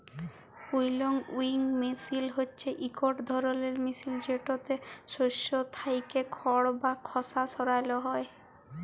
উইলউইং মিশিল হছে ইকট ধরলের মিশিল যেটতে শস্য থ্যাইকে খড় বা খসা সরাল হ্যয়